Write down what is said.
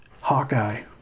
Hawkeye